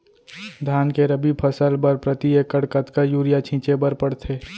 धान के रबि फसल बर प्रति एकड़ कतका यूरिया छिंचे बर पड़थे?